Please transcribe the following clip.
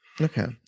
Okay